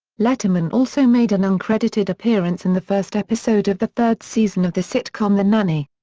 letterman also made an uncredited appearance in the first episode of the third season of the sitcom the nanny.